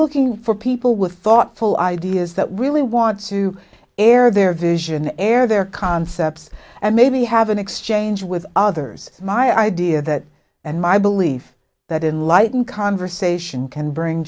looking for people with thoughtful ideas that really want to air their vision air their concepts and maybe have an exchange with others my idea that and my belief that enlightened conversation can bring